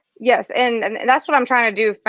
yes, and and and that's what i'm trying to do.